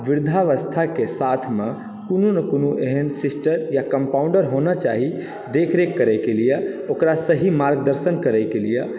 वृद्धावस्था के साथमे कोनो ने कोनो एहन सिस्टर या कम्पाउनन्डर होना चाही देख रेख करय के लिए ओकरा सही मार्गदर्शन करय के लिए